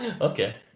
Okay